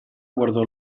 guardò